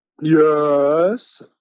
Yes